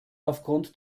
aufgrund